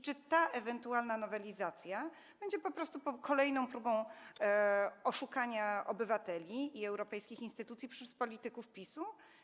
Czy ta ewentualna nowelizacja będzie po prostu kolejną próbą oszukania obywateli i europejskich instytucji przez polityków PiS-u?